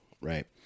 Right